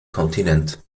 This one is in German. kontinent